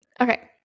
Okay